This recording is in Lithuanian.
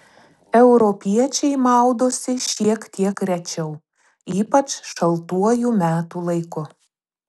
europiečiai maudosi šiek tiek rečiau ypač šaltuoju metų laiku